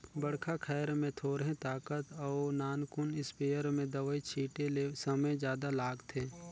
बड़खा खायर में थोरहें ताकत अउ नानकुन इस्पेयर में दवई छिटे ले समे जादा लागथे